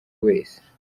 wese